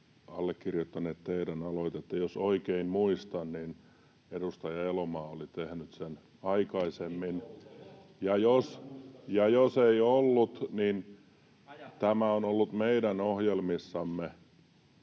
allekirjoittaneet teidän aloitetta. Jos oikein muistan, niin edustaja Elomaa oli tehnyt sen aikaisemmin. [Kimmo Kiljunen: Eikä ollut tehnyt, ei